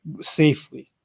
safely